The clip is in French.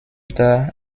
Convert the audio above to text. tard